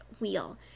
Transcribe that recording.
wheel